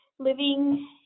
Living